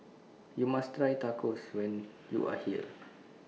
YOU must Try Tacos when YOU Are here